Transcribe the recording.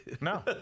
No